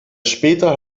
später